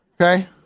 Okay